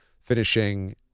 finishing